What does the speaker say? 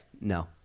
no